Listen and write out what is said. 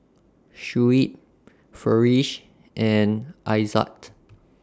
Shuib Farish and Aizat